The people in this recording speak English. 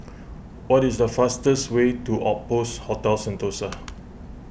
what is the fastest way to Outpost Hotel Sentosa